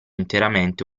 interamente